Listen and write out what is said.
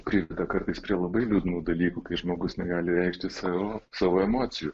kaip kartais prie labai liūdnų dalykų kai žmogus negali reikšti savo savo emocijų